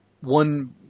one